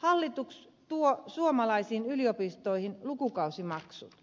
hallitus tuo suomalaisiin yliopistoihin lukukausimaksut